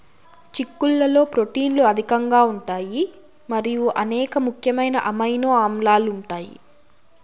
చిక్కుళ్లలో ప్రోటీన్లు అధికంగా ఉంటాయి మరియు అనేక ముఖ్యమైన అమైనో ఆమ్లాలు ఉంటాయి